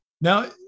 Now